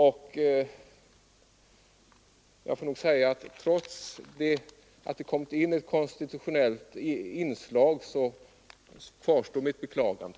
Trots att det nu kom in ett konstitutionellt inslag i herr Björcks senaste anförande, så kvarstår mitt beklagande.